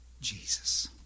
Jesus